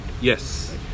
Yes